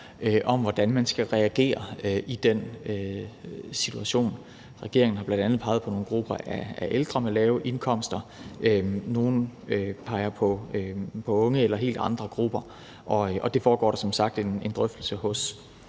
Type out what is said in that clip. om, hvordan man skal reagere i den situation. Regeringen har bl.a. peget på nogle grupper af ældre med lave indkomster. Nogle peger på unge eller på helt andre grupper. Det foregår der som sagt en drøftelse hos